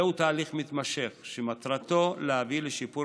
זהו תהליך מתמשך שמטרתו להביא לשיפור